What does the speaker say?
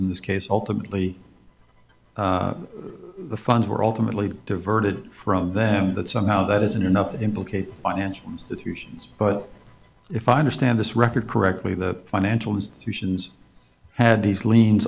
in this case ultimately the funds were ultimately diverted from them that somehow that isn't enough to implicate financial institutions but if i understand this record correctly the financial